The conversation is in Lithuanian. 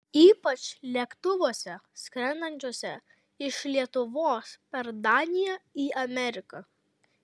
ypač lėktuvuose skrendančiuose iš lietuvos per daniją į ameriką